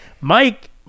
Mike